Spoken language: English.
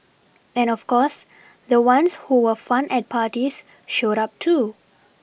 and of course the ones who were fun at parties showed up too